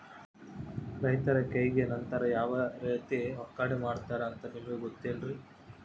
ರೈತರ ಕೈಗೆ ನಂತರ ಯಾವ ರೇತಿ ಒಕ್ಕಣೆ ಮಾಡ್ತಾರೆ ಅಂತ ನಿಮಗೆ ಗೊತ್ತೇನ್ರಿ?